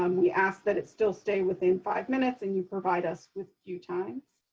um we ask that it still stay within five minutes. and you provide us with cue times.